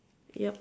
yup